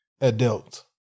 adult